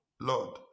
Lord